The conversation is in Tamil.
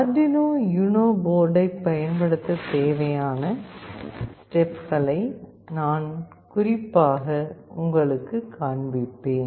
அர்டுயினோ யுனோ போர்டைப் பயன்படுத்தத் தேவையான ஸ்டெப்களை நான் குறிப்பாக உங்களுக்குக் காண்பிப்பேன்